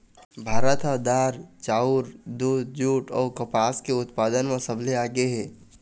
भारत ह दार, चाउर, दूद, जूट अऊ कपास के उत्पादन म सबले आगे हे